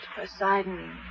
Poseidon